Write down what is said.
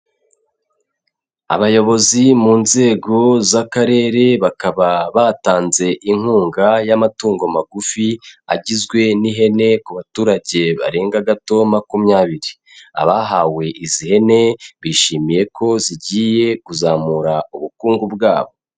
Abayobozi mu nzego z'akarere bakaba batanze inkunga y'amatungo magufi, agizwe n'ihene ku baturage barenga gato makumyabiri. Abahawe izi hene bishimiye ko zigiye kuzamura ubukungu bwabo.